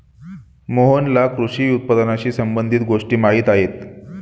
मोहनला कृषी उत्पादनाशी संबंधित गोष्टी माहीत आहेत